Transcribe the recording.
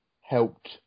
helped